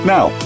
Now